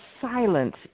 silence